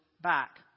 back